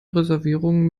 reservierungen